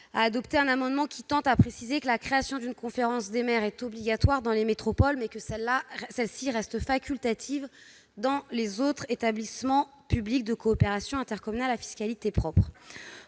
a adopté un amendement qui tend à rendre la création d'une conférence des maires obligatoire dans les métropoles, mais facultative dans les autres établissements publics de coopération intercommunale à fiscalité propre.